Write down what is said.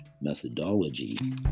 methodology